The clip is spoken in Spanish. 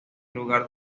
lugar